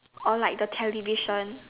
or like the the television